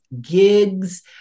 gigs